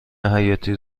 حیاتی